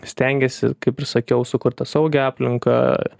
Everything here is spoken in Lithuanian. stengiasi kaip ir sakiau sukurt tą saugią aplinką